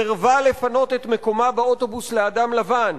סירבה לפנות את מקומה באוטובוס לאדם לבן.